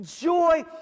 joy